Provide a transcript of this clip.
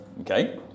okay